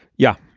yeah.